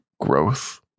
growth